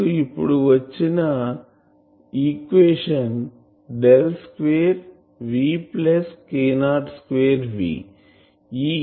మనకు ఇప్పుడు వచ్చిన equation del square V k02 V